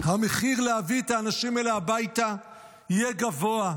"המחיר להביא את האנשים האלה הביתה יהיה גבוה,